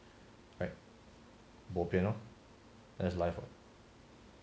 right bo pian lor that's life lor